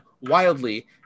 wildly